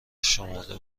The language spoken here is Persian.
شمرده